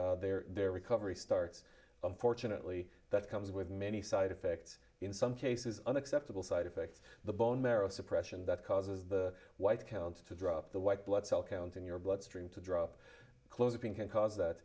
their their recovery starts unfortunately that comes with many side effects in some cases unacceptable side effects the bone marrow suppression that causes the white count to drop the white blood cell count in your blood stream to drop closing can cause that